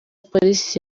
polisi